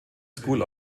school